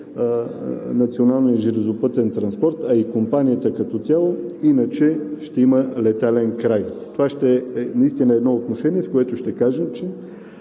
националния железопътен транспорт, а и компанията като цяло. Иначе ще има летален край. Това наистина ще е едно отношение, с което ще кажем, че